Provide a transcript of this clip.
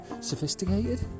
sophisticated